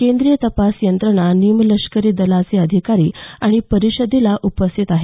केंद्रीय तपास यंत्रणा निमलष्करी दलाचे अधिकारी या परिषदेला उपस्थित आहेत